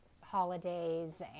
holidays